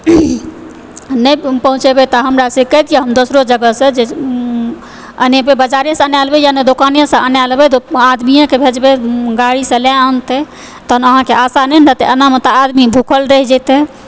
नहि पहुँचेबय तऽ हमरासँ कहि दिअ हम दोसरो जगहसँ जे अनेबय बजारेसँ अनाय लेबय वा नहि दोकानेसँ अनाय लेबय आदमीयएकऽ भेजबै गाड़ीसँ लय आनतै तहन अहाँके आशा नहि न रहतय एनामऽ तऽ आदमी भूखल रहि जेतय